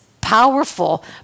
powerful